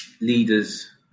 leaders